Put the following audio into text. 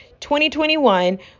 2021